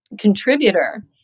contributor